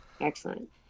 excellent